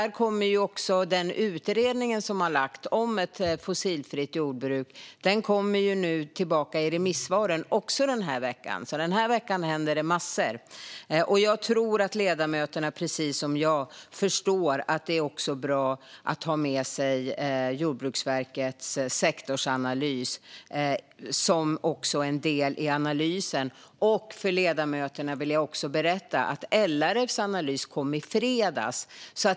Remissvaren på utredningen om ett fossilfritt jordbruk kommer också i veckan, så den här veckan händer det massor. Jag tror att ledamöterna precis som jag förstår att det också är bra att ha med sig Jordbruksverkets sektorsanalys, som är en del i analysen. Jag vill också berätta för ledamöterna att LRF:s analys kom i fredags.